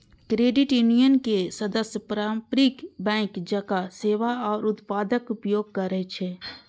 credit union के सदस्य पारंपरिक बैंक जकां सेवा आ उत्पादक उपयोग करै छै